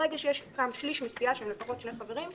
ברגע שיש שליש מסיעה של שני חברים לפחות